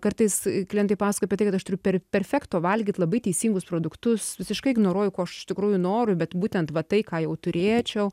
kartais klientai pasakoja apie tai kad aš turiu per perfekto valgyt labai teisingus produktus visiškai ignoruoju ko aš iš tikrųjų noriu bet būtent va tai ką jau turėčiau